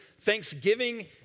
thanksgiving